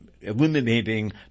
eliminating